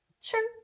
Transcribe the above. Sure